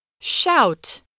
Shout